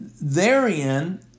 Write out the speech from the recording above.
therein